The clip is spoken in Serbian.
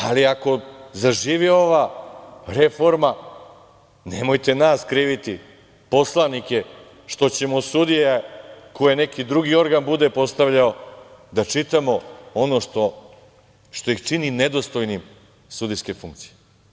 Ali, ako zaživi ova reforma, nemojte nas kriviti poslanike što ćemo za sudije koje neki drugi organ bude postavljao da čitamo ono što ih čini nedostojnim sudijske funkcije.